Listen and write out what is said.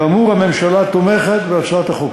כאמור, הממשלה תומכת בהצעת החוק.